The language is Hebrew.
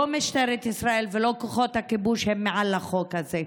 לא משטרת ישראל ולא כוחות הכיבוש הם מעל החוק הזה.